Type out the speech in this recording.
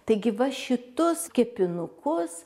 taigi va šitus kepinukus